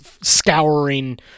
scouring